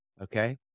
Okay